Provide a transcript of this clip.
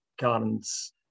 gardens